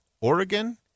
Oregon